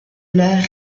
leur